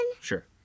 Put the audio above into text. Sure